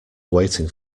waiting